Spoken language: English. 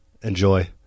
Enjoy